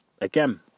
Again